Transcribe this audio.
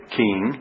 king